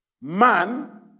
Man